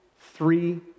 three